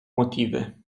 motive